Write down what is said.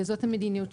וזאת המדיניות,